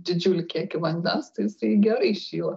didžiulį kiekį vandens tai jisai gerai šyla